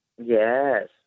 Yes